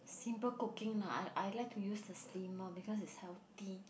simple cooking lah I I like to use the steamer because it's healthy